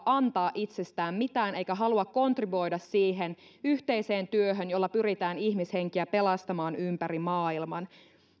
antaa itsestään mitään eikä halua kontribuoida siihen yhteiseen työhön jolla pyritään ihmishenkiä pelastamaan ympäri maailman